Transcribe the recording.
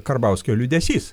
karbauskio liūdesys